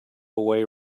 away